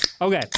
Okay